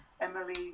emily